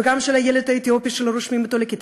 וגם של הילד האתיופי שלא רושמים אותו לכיתה,